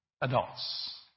adults